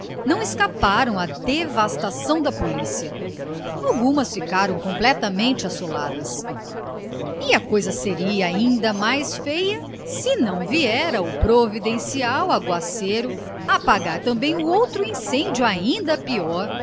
não escaparam à devastação da polícia algumas ficaram completamente assoladas e a coisa seria ainda mais feia se não viera o providencial aguaceiro apagar também o outro incêndio ainda pior